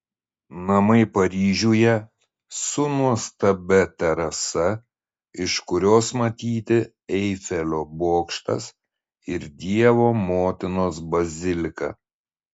namai paryžiuje su nuostabia terasa iš kurios matyti eifelio bokštas ir dievo motinos bazilika